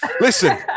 Listen